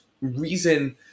reason